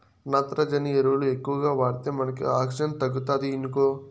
నత్రజని ఎరువులు ఎక్కువగా వాడితే మనకు ఆక్సిజన్ తగ్గుతాది ఇనుకో